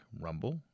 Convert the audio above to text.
Rumble